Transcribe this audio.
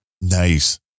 Nice